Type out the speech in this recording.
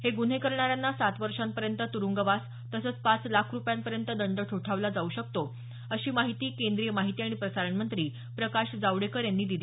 हे गुन्हे करणाऱ्यांना सात वर्षांपर्यंत तुरूंगवास तसंच पाच लाखा रुपयांपर्यंत दंड ठोठावला जाऊ शकतो अशी माहिती केंद्रीय माहिती आणि प्रसारण मंत्री प्रकाश जावडेकर यांनी दिली